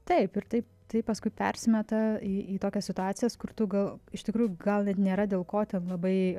taip ir tai tai paskui persimeta į į tokias situacijas kur tu gal iš tikrųjų gal net nėra dėl ko ten labai